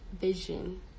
vision